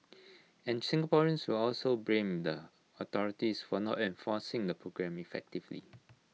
and Singaporeans will also blame the authorities for not enforcing the programme effectively